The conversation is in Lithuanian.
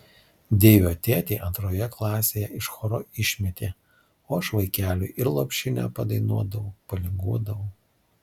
deivio tėtį antroje klasėje iš choro išmetė o aš vaikeliui ir lopšinę padainuodavau palinguodavau